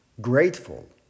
grateful